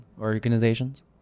organizations